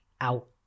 out